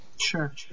sure